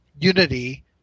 unity